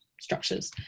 structures